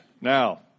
now